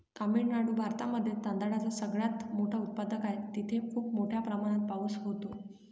तामिळनाडू भारतामध्ये तांदळाचा सगळ्यात मोठा उत्पादक आहे, तिथे खूप मोठ्या प्रमाणात पाऊस होतो